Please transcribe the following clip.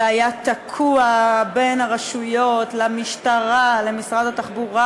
זה היה תקוע בין הרשויות למשטרה למשרד התחבורה,